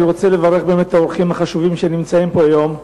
אני רוצה באמת לברך את האורחים החשובים שנמצאים פה היום.